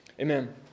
amen